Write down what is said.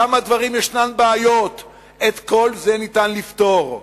כמה בעיות יש, את כל זה ניתן לפתור,